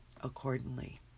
accordingly